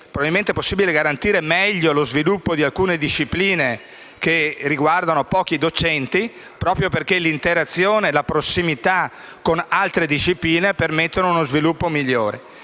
probabilmente meglio lo sviluppo di alcune discipline che riguardano pochi docenti, proprio perché l'interazione e la prossimità con altre discipline permettono uno sviluppo migliore.